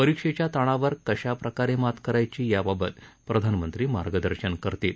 परीक्षेच्या ताणावर कशा प्रकारे मात करायची याबाबत प्रधानमंत्री मार्गदर्शन करतील